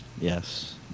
Yes